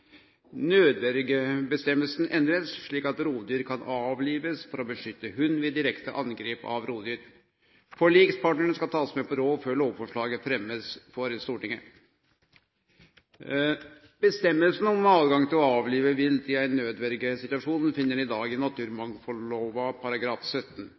endres, slik at rovdyr kan avlives for å beskytte hund ved direkte angrep av rovdyr. Forlikspartnerne skal tas med på råd før lovforslaget fremmes for Stortinget.» Føresegna om høve til å avlive vilt i ein nødverjesituasjon finn ein i dag i naturmangfaldlova § 17.